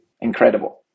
Incredible